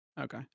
Okay